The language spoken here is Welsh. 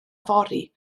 fory